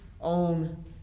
own